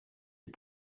est